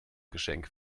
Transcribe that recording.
geschenk